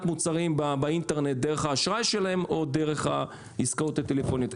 מוצרים באינטרנט דרך האשראי שלהם או דרך העסקאות הטלפוניות.